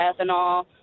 ethanol